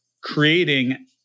creating